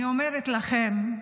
אני אומרת לכם,